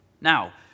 Now